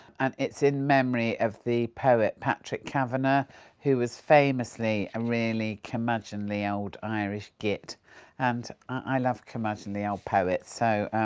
and it's in memory of the poet patrick kavanagh who was famously a really curmudgeonly old irish git and i love curmudgeonly old ah poets so.